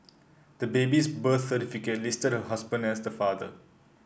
the baby's birth certificate listed her husband as the father